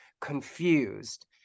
confused